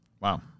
Wow